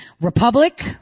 republic